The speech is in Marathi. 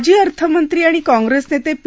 माजी अर्थमंत्री आणि काँग्रस्ती नत्तापी